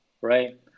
right